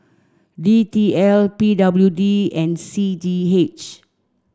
D T L P W D and C D H